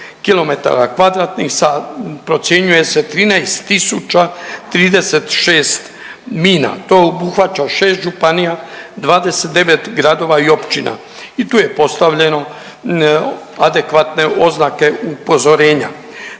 sa procjenjuje se 13 tisuća 36 mina. To obuhvaća 6 županija, 29 gradova i općina i tu je postavljeno adekvatne oznake upozorenja.